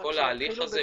כל ההליך הזה הוא חינם.